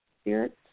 spirits